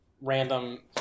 random